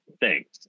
thanks